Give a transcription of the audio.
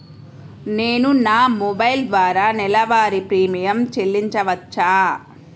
నేను నా మొబైల్ ద్వారా నెలవారీ ప్రీమియం చెల్లించవచ్చా?